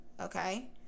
Okay